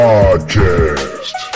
Podcast